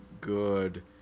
good